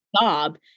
job